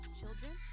children